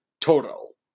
total